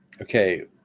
Okay